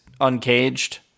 uncaged